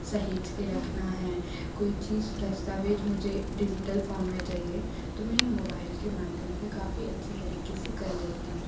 सहेज के रखना है कोई चीज़ दस्तावेज़ मुझे डिजिटल फॉम में चाहिए तो मैं ये मोबाइल के माध्यम से काफ़ी अच्छे तरीक़े से कर लेती हूँ